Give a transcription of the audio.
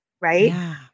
right